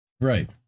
Right